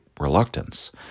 reluctance